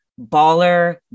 baller